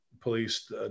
police